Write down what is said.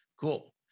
cool